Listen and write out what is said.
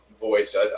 voice